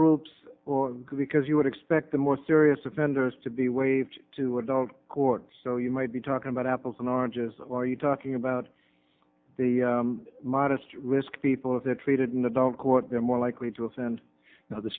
groups because you would expect the more serious offenders to be waived to adult court so you might be talking about apples and oranges or are you talking about the modest risk people if they're treated in adult court they're more likely to offend now the